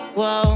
whoa